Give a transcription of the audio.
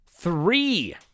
Three